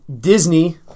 Disney